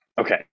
Okay